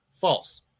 False